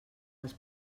als